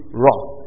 wrath